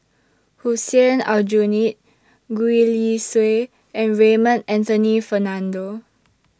Hussein Aljunied Gwee Li Sui and Raymond Anthony Fernando